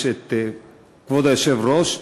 יש כבוד היושב-ראש,